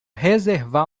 reservar